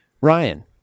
Ryan